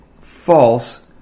false